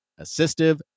assistive